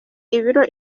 ibiro